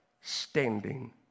standing